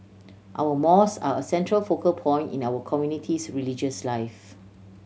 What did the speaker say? our mos are a central focal point in our community's religious life